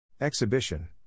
Exhibition